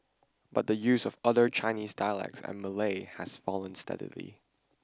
but the use of other Chinese dialects and Malay has fallen steadily